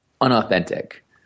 unauthentic